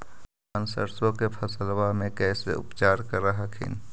अपन सरसो के फसल्बा मे कैसे उपचार कर हखिन?